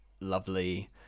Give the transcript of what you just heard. lovely